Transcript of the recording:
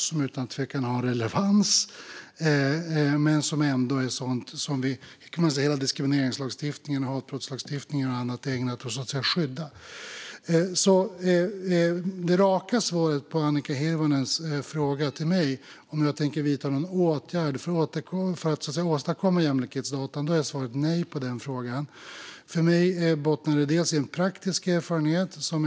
De har utan tvekan relevans, men detta är sådant som man kan säga att diskrimineringslagstiftningen, hatbrottslagstiftningen och annat är ägnat att skydda. Jag har ett rakt svar på Annika Hirvonens fråga till mig - om jag tänker vidta någon åtgärd för att åstadkomma jämlikhetsdata. Svaret på den frågan är nej. För mig bottnar det bland annat i en praktisk erfarenhet.